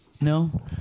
no